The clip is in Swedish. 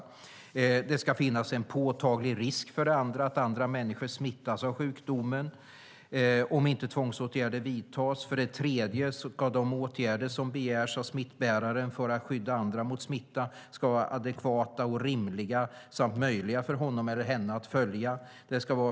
För det andra ska det finnas en påtaglig risk för andra människor att smittas av sjukdomen om inte tvångsåtgärder vidtas. För det tredje ska de åtgärder som åläggs en smittbärare för att skydda andra mot smitta vara adekvata och rimliga samt möjliga för honom eller henne att följa.